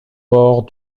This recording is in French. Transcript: port